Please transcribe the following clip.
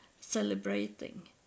celebrating